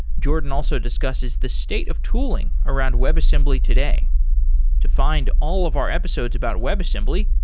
jordon also discusses the state of tooling around webassembly today to find all of our episodes about webassembly,